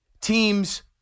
Teams